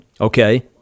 Okay